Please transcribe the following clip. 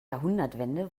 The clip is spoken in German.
jahrhundertwende